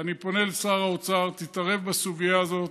ואני פונה אל שר האוצר: תתערב בסוגיה הזאת,